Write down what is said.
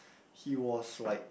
he was like